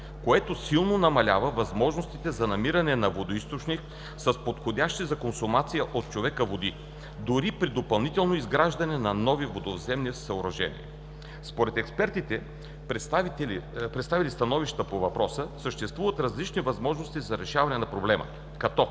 която силно намалява възможностите за намиране на водоизточник с подходящи за консумация от човека води, дори при допълнително изграждане на нови водовземни съоръжения. Според експертите, представили становища по въпроса, съществуват различни възможности за разрешаване на проблема, като: